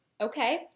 okay